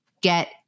get